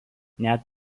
net